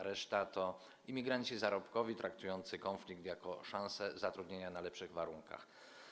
Reszta to emigranci zarobkowi, traktujący konflikt jako szansę zatrudnienia na lepszych warunkach.